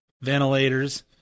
ventilators